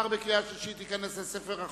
נתקבל.